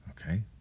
Okay